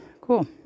Cool